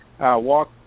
walk